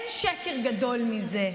זה מפריע.